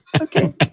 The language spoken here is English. Okay